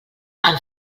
amb